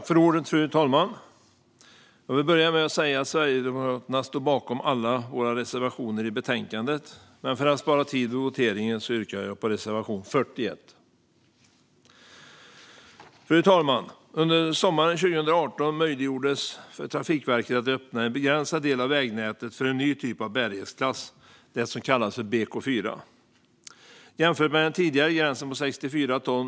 Fru talman! Vi i Sverigedemokraterna står bakom alla våra reservationer i betänkandet, men för att spara tid vid voteringen yrkar jag bifall endast till reservation 41. Fru talman! Under sommaren 2018 möjliggjordes för Trafikverket att öppna en begränsad del av vägnätet för en ny typ av bärighetsklass, som kallas BK4. Den tidigare gränsen var 64 ton.